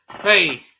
Hey